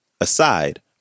aside